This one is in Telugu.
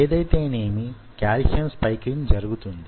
ఏదేతైనేమి కాల్షియమ్ స్పైకింగ్ జరుగుతుంది